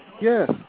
Yes